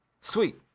Sweet